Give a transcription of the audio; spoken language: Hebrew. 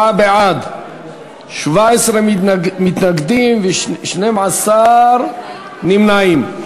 44 בעד, 17 מתנגדים ו-12 נמנעים.